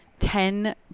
Ten